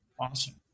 Awesome